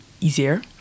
easier